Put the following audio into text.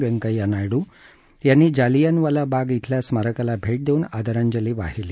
व्यंकैय्या नायडू यांनी जालियानवाला बाग शिल्या स्मारकाला भेट देऊन आदरांजली वाहिली